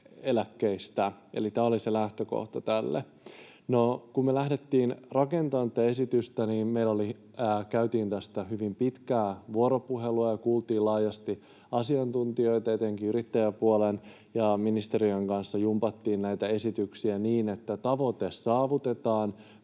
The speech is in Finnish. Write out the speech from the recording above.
Eli tämä oli se lähtökohta tälle. No, kun me lähdettiin rakentamaan tätä esitystä, niin me käytiin tästä hyvin pitkää vuoropuhelua ja kuultiin laajasti asiantuntijoita. Etenkin yrittäjäpuolen ja ministeriön kanssa jumpattiin näitä esityksiä niin, että tavoite saavutetaan,